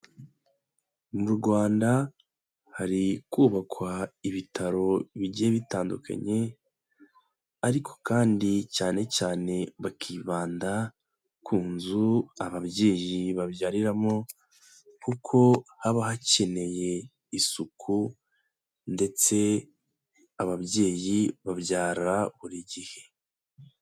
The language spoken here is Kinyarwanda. Mu Rwanda hari kubakwa ibitaro bigiye bitandukanye ariko kandi cyane cyane bakibanda ku nzu ababyeyi babyariramo kuko haba hakeneye isuku ndetse ababyeyi babyara buri gihe.